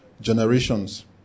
generations